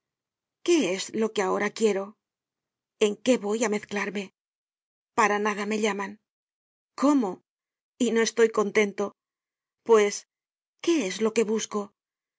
qué es lo que ahora quiero en qué voy á mezclarme para nada me llaman cómo y no estoy contento pues qué es lo que busco